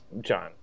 John